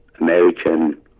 American